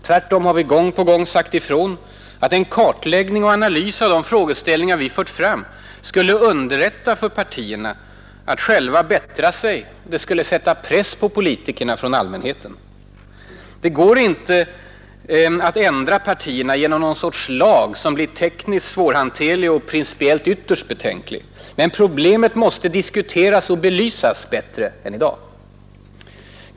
Tvärtom har vi gång på gång sagt ifrån att en kartläggning och analys av de frågeställningar vi fört fram skulle underlätta för partierna att själva bättra sig. Den skulle sätta press på det politiska mångsyssleriet politikerna från allmänheten. Det går inte att ändra partierna genom någon sorts lag, som blir tekniskt svårhanterlig och principiellt ytterst betänklig. Men problemet måste diskuteras och belysas bättre än i dag.